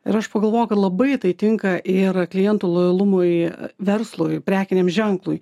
ir aš pagalvojau kad labai tai tinka ir klientų lojalumui verslui prekiniam ženklui